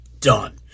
done